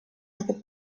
nagu